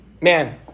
Man